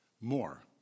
more